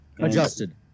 Adjusted